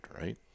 right